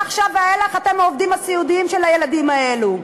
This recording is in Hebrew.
מעכשיו ואילך אתם העובדים הסיעודיים של הילדים האלו.